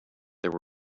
there